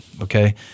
Okay